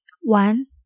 One